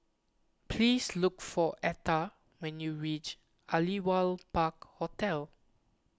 please look for Atha when you reach Aliwal Park Hotel